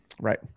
Right